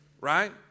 Right